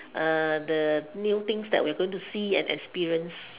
uh the new things that we are going to see and experience